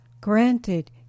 granted